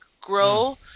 grow